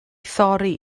thorri